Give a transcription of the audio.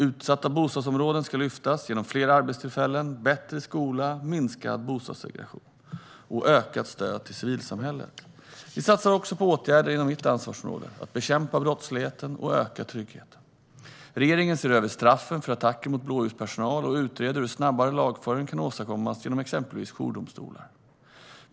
Utsatta bostadsområden ska lyftas genom fler arbetstillfällen, bättre skola, minskad bostadssegregation och ökat stöd till civilsamhället. Vi satsar också på åtgärder inom mitt ansvarsområde - att bekämpa brottsligheten och öka tryggheten. Regeringen ser över straffen för attacker mot blåljuspersonal och utreder hur snabbare lagföring kan åstadkommas genom exempelvis jourdomstolar.